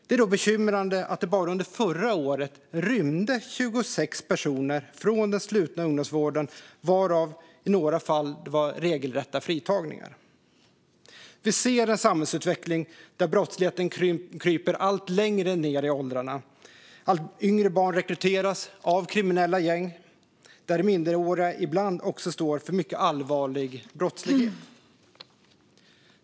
Det är då bekymrande att det bara under förra året rymde 26 personer från den slutna ungdomsvården, varav några fall var regelrätta fritagningar. Vi ser en samhällsutveckling där brottsligheten kryper allt längre ned i åldrarna. Allt yngre barn rekryteras av kriminella gäng, där minderåriga ibland också står för mycket allvarlig brottslighet.